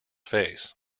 face